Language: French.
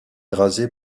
rasé